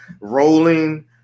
rolling